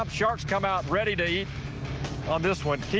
um sharks come out ready to eat on this one.